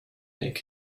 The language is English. big